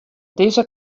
dizze